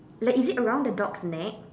like is it around the dog's neck